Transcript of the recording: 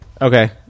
Okay